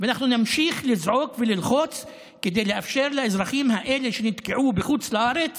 ואנחנו נמשיך לזעוק וללחוץ כדי לאפשר לאזרחים האלה שנתקעו בחוץ לארץ